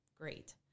great